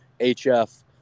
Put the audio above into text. HF